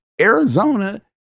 Arizona